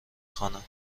خوانم